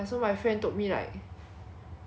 she tried to log into account but then